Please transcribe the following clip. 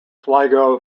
sligo